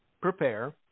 Prepare